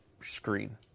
screen